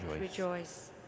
rejoice